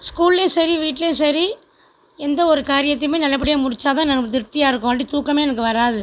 ஸ்கூல்லியும் சரி வீட்லியும் சரி எந்த ஒரு காரியத்தையும நல்லபடியாக முடித்தா தான் நமக்கு திருப்தியாக இருக்கும் இல்லாட்டி தூக்கமே எனக்கு வராது